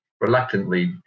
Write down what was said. reluctantly